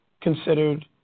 considered